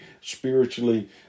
spiritually